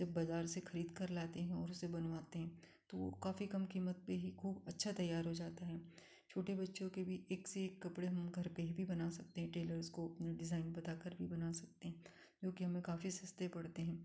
जब बज़ार से खरीद कर लाते हैं और उसे बनवाते हैं तो काफ़ी कम क़ीमत पे ही खूब अच्छा तैयार हो जाता है छोटे बच्चों के भी एक से एक कपड़े हम घर पे भी बना सकते हैं टेलर्ज़ को अपने डिज़ाइन बताकर भी बना सकते हैं जो कि हमें काफ़ी सस्ते पड़ते हैं